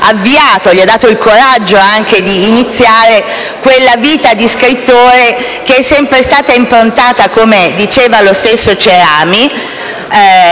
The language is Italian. gli ha dato il coraggio anche di iniziare quella vita di scrittore che è stata sempre improntata, come diceva lo stesso Cerami,